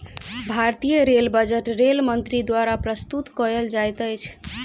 भारतीय rail budget rail मंत्री द्वारा प्रस्तुत कयल जाइत अछि